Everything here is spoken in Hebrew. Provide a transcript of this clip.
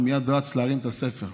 והוא מייד רץ להרים את הספר,